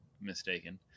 mistaken